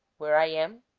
where i am,